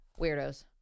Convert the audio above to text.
weirdos